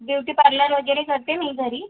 beauty parlour वगैरे करते मी घरी